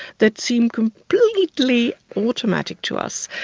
that seem completely automatic to us,